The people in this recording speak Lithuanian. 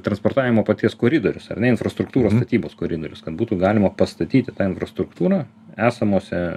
transportavimo paties koridorius ar ne infrastruktūros statybos koridorius kad būtų galima pastatyti tą infrastruktūrą esamose